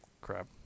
Crap